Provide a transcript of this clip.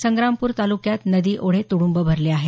संग्रामपूर तालुक्यात नदी ओढे तुडुंब भरले आहेत